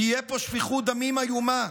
תהיה פה שפיכות דמים איומה.